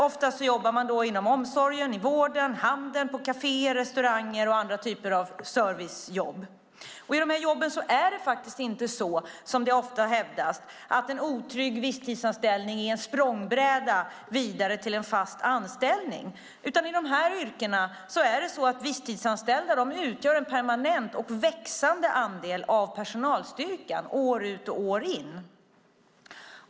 Ofta jobbar de inom omsorgen, i vården, i handeln, på kaféer och restauranger och inom andra typer servicejobb. I dessa jobb är det faktiskt inte, som ofta hävdas, så att en otrygg visstidsanställning är en språngbräda vidare till en fast anställning, utan i dessa yrken utgör visstidsanställda en permanent och växande andel av personalstyrkan år ut och år in.